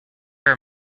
are